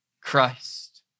Christ